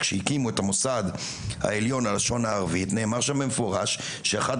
כשהקימו את המוסד העליון ללשון הערבית נאמר שם במפורש שאחד